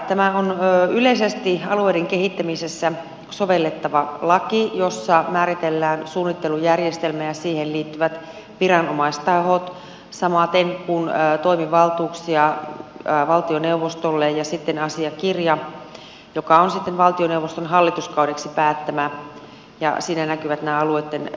tämä on yleisesti alueiden kehittämisessä sovellettava laki jossa määritellään suunnittelujärjestelmä ja siihen liittyvät viranomaistahot samaten kuin toimivaltuuksia valtioneuvostolle ja sitten asiakirja joka on valtioneuvoston hallituskaudeksi päättämä ja siinä näkyvät nämä alueitten painopisteet